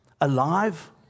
Alive